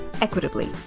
equitably